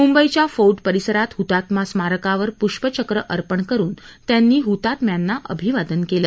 मुंबईच्या फोटी परिसरात हुतात्मा स्मारकावर पुष्पचक्र अर्पण करुन त्यांनी हुतात्म्यांना अभिवादन केलं